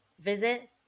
visit